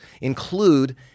include